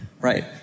Right